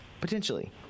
potentially